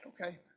Okay